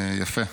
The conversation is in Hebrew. יפה,